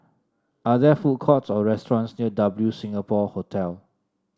are there food courts or restaurants near W Singapore Hotel